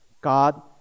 God